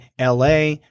la